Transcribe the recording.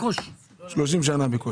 בקושי 30 שנים.